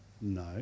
no